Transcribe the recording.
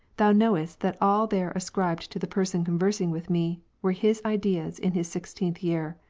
thou knowest, that all there ascribed to the person conversing with me, were his ideas, in his sixteenth year.